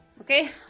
okay